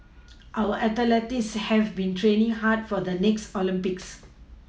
our athletes have been training hard for the next Olympics